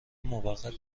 موقت